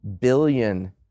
billion